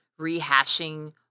rehashing